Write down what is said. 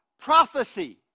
prophecy